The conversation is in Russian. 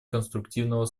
конструктивного